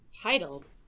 titled